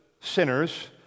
sinners